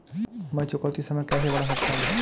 मैं चुकौती समय कैसे बढ़ा सकता हूं?